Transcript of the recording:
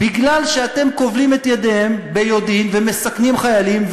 בגלל שאתם כובלים את ידיהם ביודעין ומסכנים חיילים.